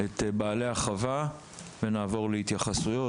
את בעלי החווה ואחר כך נעבור להתייחסות,